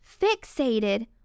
fixated